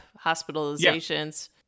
hospitalizations